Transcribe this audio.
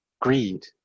greed